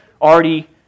already